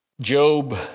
Job